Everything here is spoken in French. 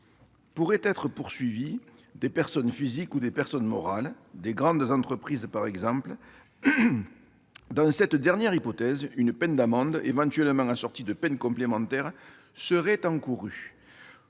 Pourraient être poursuivies des personnes physiques ou des personnes morales, de grandes entreprises par exemple ; dans cette dernière hypothèse, une peine d'amende, éventuellement assortie de peines complémentaires, serait encourue.